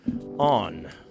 on